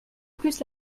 plus